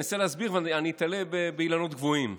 אני אנסה להסביר ואני איתלה באילנות גבוהים,